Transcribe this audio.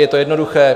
Je to jednoduché.